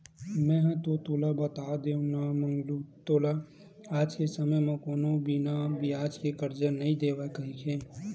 मेंहा तो तोला बता देव ना मंगलू तोला आज के समे म कोनो बिना बियाज के करजा नइ देवय कहिके